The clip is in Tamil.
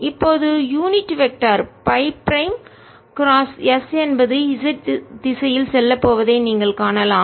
இப்போதுயூனிட் வெக்டர் அலகு திசையன் பை பிரைம் கிராஸ் s என்பது z திசையில் செல்லப் போவதை நீங்கள் காணலாம்